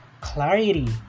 clarity